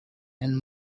and